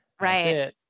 Right